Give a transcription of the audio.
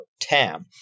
TAM